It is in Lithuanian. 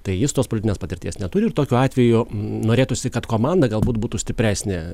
tai jis tos politinės patirties neturi ir tokiu atveju norėtųsi kad komanda galbūt būtų stipresnė